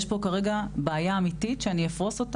יש פה כרגע בעיה אמיתית שאני אפרוס,